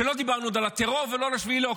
ולא דיברנו עוד על הטרור ולא על 7 באוקטובר.